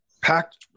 packed